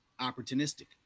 opportunistic